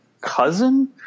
cousin